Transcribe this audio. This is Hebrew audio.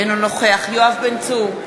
אינו נוכח יואב בן צור,